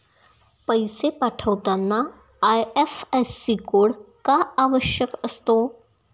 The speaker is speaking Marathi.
पैसे पाठवताना आय.एफ.एस.सी कोड का आवश्यक असतो?